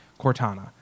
Cortana